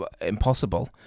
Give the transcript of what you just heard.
impossible